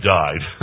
died